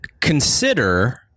consider